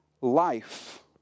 life